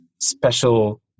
special